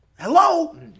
Hello